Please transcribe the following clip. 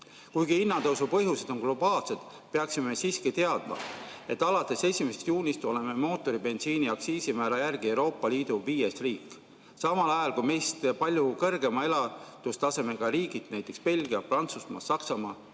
Kuigi hinnatõusu põhjused on globaalsed, peaksime siiski teadma, et alates 1. juunist oleme mootoribensiini aktsiisimäära järgi Euroopa Liidu viies riik, samal ajal kui meist palju kõrgema elatustasemega riigid, näiteks Belgia, Prantsusmaa, Saksamaa